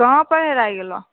कहाँ पर हेराइ गेलो